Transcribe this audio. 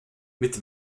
mit